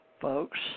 folks